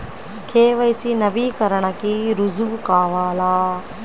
KYC నవీకరణకి రుజువు కావాలా?